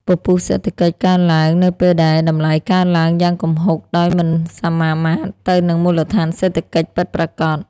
ពពុះសេដ្ឋកិច្ចកើតឡើងនៅពេលដែលតម្លៃកើនឡើងយ៉ាងគំហុកដោយមិនសមាមាត្រទៅនឹងមូលដ្ឋានសេដ្ឋកិច្ចពិតប្រាកដ។